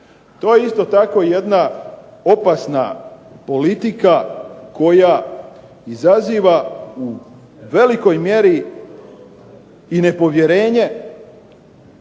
To je isto tako jedna opasna politika koja izaziva u velikoj mjeri i nepovjerenje